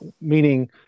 meaning